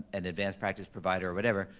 an advanced practice provider, whatever,